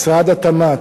משרד התמ"ת,